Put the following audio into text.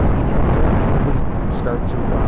and you know, porn can really start to